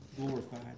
glorified